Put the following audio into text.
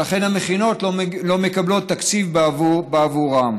ולכן המכינות לא מקבלות תקציב בעבורם.